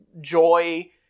joy